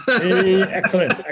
Excellent